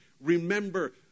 remember